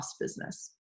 business